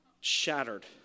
shattered